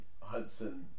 Hudson